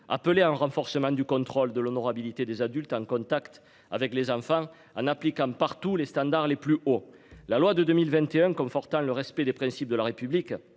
appelé à un renforcement du contrôle de l'honorabilité des adultes en contact avec les enfants en. Partout les standards les plus hauts. La loi de 2021, confortant le respect des principes de la République